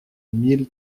mille